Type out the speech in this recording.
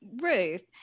Ruth